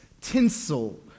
tinsel